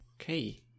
Okay